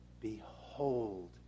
Behold